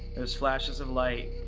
there's flashes of light